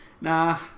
nah